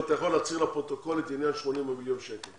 אם אתה יכול להצהיר לפרוטוקול את עניין 80 המיליון שקל